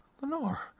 Lenore